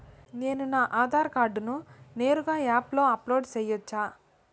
నేను నా ఆధార్ కార్డును నేరుగా యాప్ లో అప్లోడ్ సేయొచ్చా?